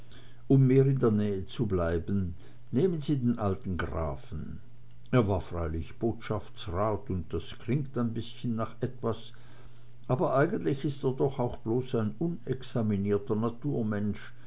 um mehr in der nähe zu bleiben nehmen sie den alten grafen er war freilich botschaftsrat und das klingt ein bißchen nach was aber eigentlich ist er doch auch bloß ein unexaminierter